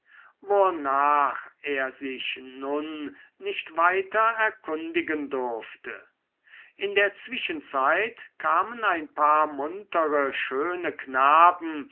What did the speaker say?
wornach er sich nun nicht weiter erkundigen durfte in der zwischenzeit kamen ein paar muntere schöne knaben